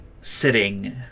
sitting